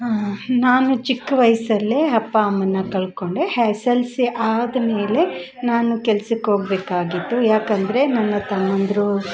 ನಾನು ಚಿಕ್ಕ ವಯಸ್ಸಲ್ಲೇ ಅಪ್ಪ ಅಮ್ಮನ್ನ ಕಳ್ಕೊಂಡೆ ಹೆಸ್ ಎಸ್ ಎಲ್ ಸಿ ಆದ ಮೇಲೆ ನಾನು ಕೆಲ್ಸಕ್ಕೆ ಹೋಗ್ಬೇಕಾಗಿತ್ತು ಏಕೆಂದ್ರೆ ನನ್ನ ತಮ್ಮಂದಿರು